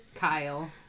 Kyle